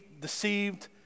deceived